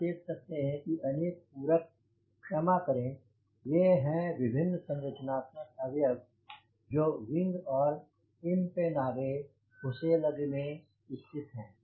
आप देख सकते हैं की अनेक पूरक क्षमा करें ये हैं विभिन्न संरचनात्मक अवयव जो विंग और इम्पेन्नागे फुसेलगे में स्थित हैं